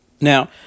Now